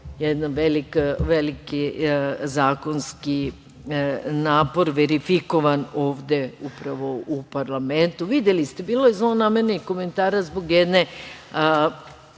jedan veliki zakonski napor verifikovan ovde upravo u parlamentu. Videli ste, bilo je zlonamernih komentara zbog jedne